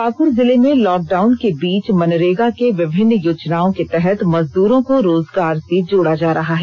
पाकड जिले में लॉकडाउन के बीच मनरेगा के विभिन्न योजनाओं के तहत मजद्रों को रोजगार से जोड़ा जा रहा है